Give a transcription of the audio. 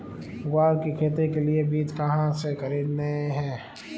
ग्वार की खेती के लिए बीज कहाँ से खरीदने हैं?